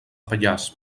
pallars